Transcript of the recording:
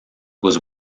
was